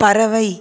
பறவை